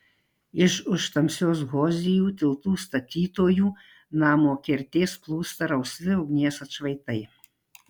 iš už tamsios hozijų tiltų statytojų namo kertės plūsta rausvi ugnies atšvaitai